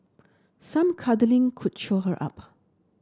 some cuddling could cheer her up